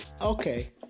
Okay